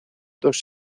dos